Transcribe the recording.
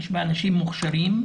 יש בה אנשים מוכשרים,